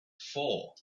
four